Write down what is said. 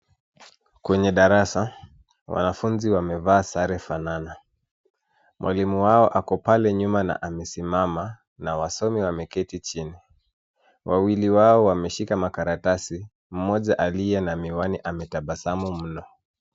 Kwenye darasa, wanafunzi wamevaa sare fanana. Mwalimu wao ako pale nyuma na amesimama na wasomi wameketi chini. Wawili wao wameshika makaratasi, mmoja aliye na miwani ametabasamu mno.